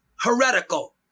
heretical